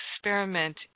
experiment